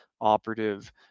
operative